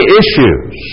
issues